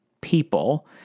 people